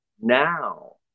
Now